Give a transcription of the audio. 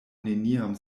neniam